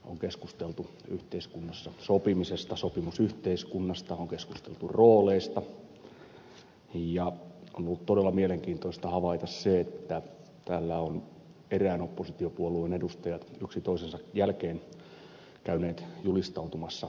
on keskusteltu yhteiskunnassa sopimisesta sopimusyhteiskunnasta on keskusteltu rooleista ja on ollut todella mielenkiintoista havaita se että täällä ovat erään oppositiopuolueen edustajat yksi toisensa jälkeen käyneet julistautumassa voittajiksi